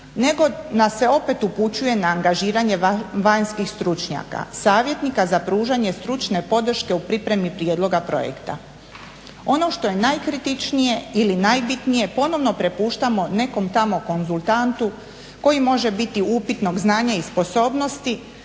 nego nas se opet upućuje na angažiranje vanjskih stručnjaka, savjetnika za pružanje stručne podrške u pripremi prijedloga projekta. Ono što je najkritičnije ili najbitnije ponovno prepuštamo nekom tamo konzultantu koji može biti upitnog znanja i sposobnosti,